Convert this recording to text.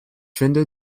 finde